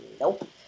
nope